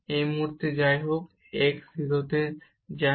এই মুহুর্তে এখানে যাইহোক এই x 0 তে যায়